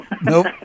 Nope